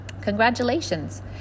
Congratulations